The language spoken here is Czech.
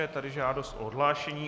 Je tady žádost o odhlášení.